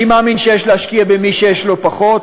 אני מאמין שיש להשקיע במי שיש לו פחות